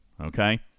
Okay